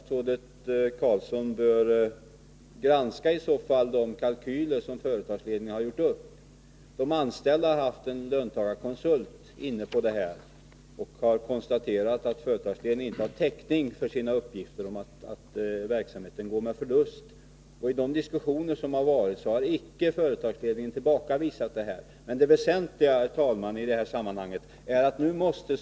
Staten har betydande intressen i plantskolor. Dessa drivs dels i domänverkets regi, dels av domänverkets dotterbolag. Plantskoleverksamheten är en ren affärsverksamhet. Reklam, såsom broschyrer och prislistor, distribueras till ett stort antal mottagare per post.